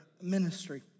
ministry